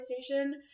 station